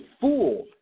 fool